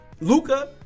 Luca